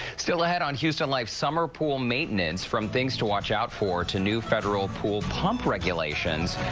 still ahead on houston life, summer pool maintenance from things to watch out for to new federal pool pump regulations,